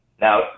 Now